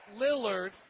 Lillard